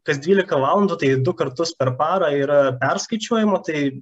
kas dvylika valandų tai du kartus per parą yra perskaičiuojama tai